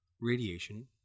radiation